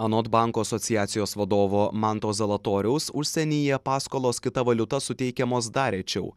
anot banko asociacijos vadovo manto zalatoriaus užsienyje paskolos kita valiuta suteikiamos dar rečiau